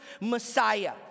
Messiah